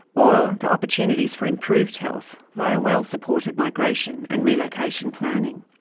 or the opportunities for improved health via well-supported migration and relocation planning.